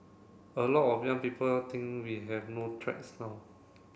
a lot of young people think we have no threats now